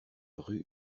rue